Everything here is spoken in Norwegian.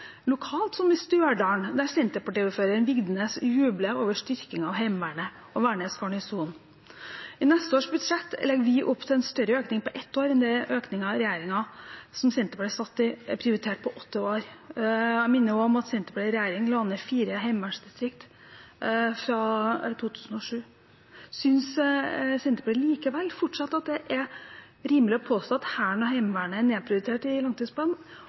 lokalt, som i Stjørdal, der Senterparti-ordføreren Vigdenes jubler over styrkingen av Heimevernet og Værnes garnison. I neste års budsjett legger vi opp til en større økning på ett år enn den økningen regjeringen som Senterpartiet satt i, prioriterte på åtte år. Jeg minner også om at Senterpartiet i regjering la ned fire heimevernsdistrikt fra 2007. Synes Senterpartiet likevel fortsatt at det er rimelig å påstå at Hæren og Heimevernet er nedprioritert i langtidsplanen,